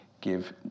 give